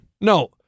No